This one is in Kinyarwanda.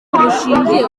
bushingiye